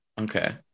okay